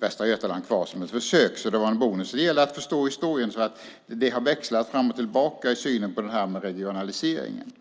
Västra Götaland kvar som ett försök. Det var alltså en bonus. Det gäller att förstå historien. Det har alltså växlat fram och tillbaka i synen på regionaliseringen.